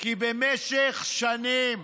כי במשך שנים,